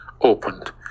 opened